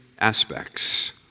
aspects